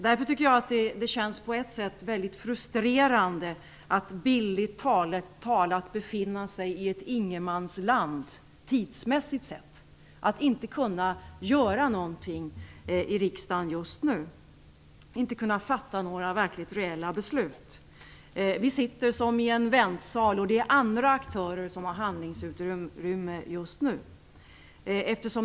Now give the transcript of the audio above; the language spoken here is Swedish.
Därför känns det på ett sätt frustrerande att bildligt talat tidsmässigt befinna sig i ett ingenmansland, inte kunna göra någonting i riksdagen, inte kunna fatta några reella beslut. Vi sitter som i en väntsal, och det är andra aktörer som har handlingsutrymme.